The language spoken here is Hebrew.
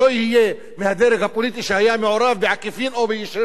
מהדרג הפוליטי שהיה מעורב בעקיפין או במישרין במתן